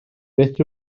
beth